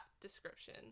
description